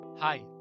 Hi